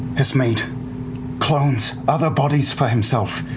has made clones, other bodies for himself.